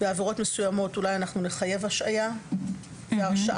בעבירות מסוימות אולי נחייב השעיה והרשאה